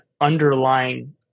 underlying